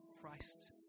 Christ